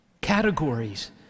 Categories